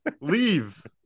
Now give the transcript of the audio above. Leave